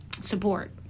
support